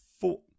Four